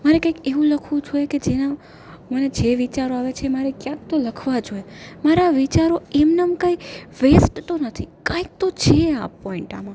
મારે કાંઇક એવું લખવું જોઈએ કે જેના મને જે વિચારો આવે છે એ મારે ક્યાંક તો લખવા જોઈએ મારા વિચારો એમનેમ કંઈ વેસ્ટ તો નથી કાંઇક તો છે આ પોઈન્ટ આમાં